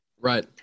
Right